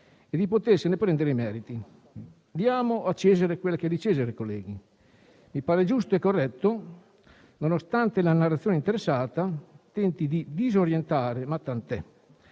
e di potersene prendere i meriti. Diamo a Cesare quel che è di Cesare, colleghi. Mi pare giusto e corretto, nonostante la narrazione interessata tenti di disorientare. Ma tant'è: